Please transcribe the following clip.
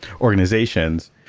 organizations